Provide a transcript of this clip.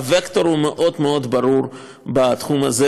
הווקטור הוא מאוד מאוד ברור בתחום הזה,